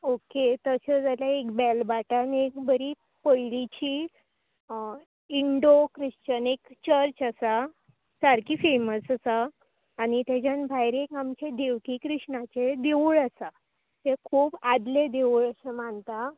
okay तशें जाल्यार एक बेलबाटान एक बरी पयलीची इंन्डो क्रिस्चन एक चर्च आसा सारकी फेमस आसा आनी तेच्या भायर एक आमचे देवकी कृष्णाचे देवूळ आसा तें खूब आदलें देवूळ अशें मानता